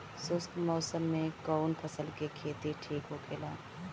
शुष्क मौसम में कउन फसल के खेती ठीक होखेला?